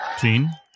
Gene